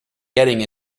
getting